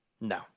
No